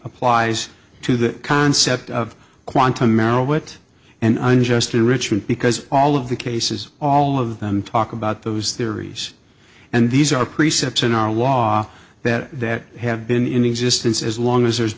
applies to the concept of quantum era wit and unjust enrichment because all of the cases all of them talk about those theories and these are precepts in our law that have been in existence as long as there's